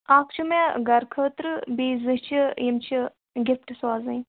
اَکھ چھُ مےٚ گرٕ خٲطرٕ بیٚیہِ زٕ چھِ یِم چھِ گِفٹ سوزٕنۍ